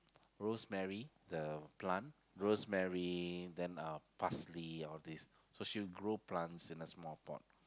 rosemary the plant rosemary then uh parsley all these so she'll grow plants in a small pot